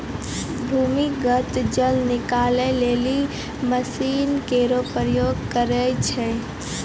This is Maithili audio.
भूमीगत जल निकाले लेलि मसीन केरो प्रयोग करै छै